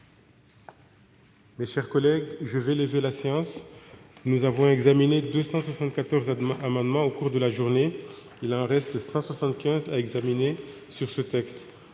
Mes chers collègues, je vais lever la séance. Nous avons examiné 274 amendements au cours de la journée ; il en reste 175 sur la seconde